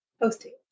Hosting